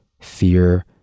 fear